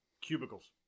cubicles